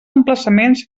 emplaçaments